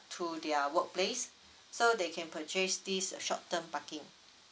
to their workplace so they can purchase this uh short term parking